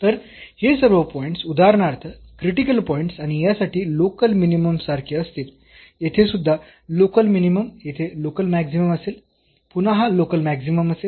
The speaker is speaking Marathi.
तर हे सर्व पॉईंट्स उदारणार्थ क्रिटिकल पॉईंट्स आणि यासाठी लोकल मिनिमम सारखे असतील येथे सुद्धा लोकल मिनिमम येथे लोकल मॅक्सिमम असेल पुन्हा हा लोकल मॅक्सिमम आहे